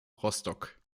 rostock